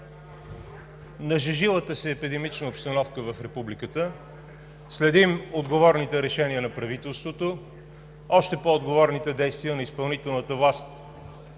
нажежилата се епидемична обстановка в Републиката, следим отговорните решения на правителството, още по-отговорните действия на изпълнителната власт